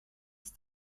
ist